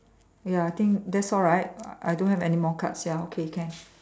ya I think that's all right I don't have anymore cards ya okay can